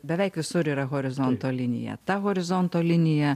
beveik visur yra horizonto linija ta horizonto linija